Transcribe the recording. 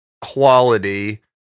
quality